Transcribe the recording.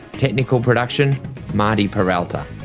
technical production marty peralta,